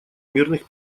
мирных